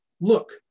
Look